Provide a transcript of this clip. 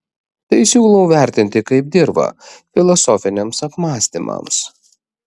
tai siūlau vertinti kaip dirvą filosofiniams apmąstymams